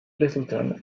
littleton